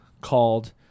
called